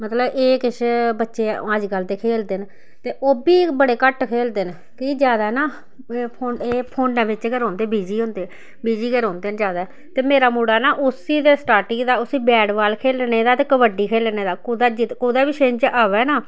मतलब एह् किश बच्चे अजकल्ल दे खेलदे न ते ओह् बी बड़े घट्ट खेलदे न कि जैदा ना एह् फोन्नै एह् फोन्नै बिच्च गै रौंह्दे बिजी होंदे बिजी गै रौंह्दे न जैदा ते मेरा मुड़ा ना उस्सी ता स्टार्टिंग दा उस्सी बैट बाल खेलने दा ते कब्बडी खेलने दा कुदै कुदै बी शिंज अवै न